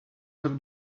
have